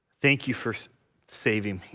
thank you for so saving